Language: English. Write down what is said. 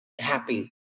happy